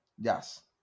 yes